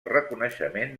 reconeixement